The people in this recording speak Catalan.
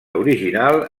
original